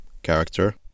character